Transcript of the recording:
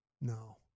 No